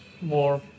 more